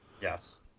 Yes